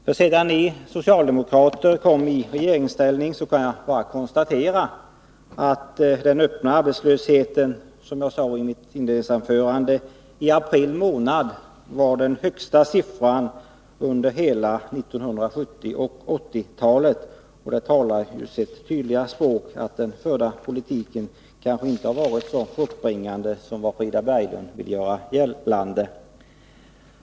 Som jag konstaterade i mitt inledningsanförande har den öppna arbetslösheten sedan ni socialdemokrater kom i regeringsställning stigit så att mani april månad noterade den högsta siffran för 1970 och 1980-talen. Detta talar sitt tydliga språk — den förda politiken har kanske inte varit så fruktbringande som Frida Berglund vill göra gällande.